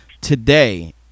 today